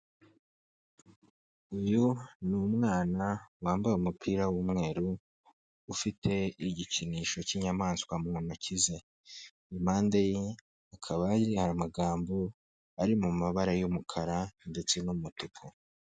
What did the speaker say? Uyu ni umwana wambaye umupira w'umweru, ufite igikinisho cy'inyamaswa mu ntoki ze, impande ye, hakaba hari amagambo ari mu mabara y'umukara ndetse n'umutuku.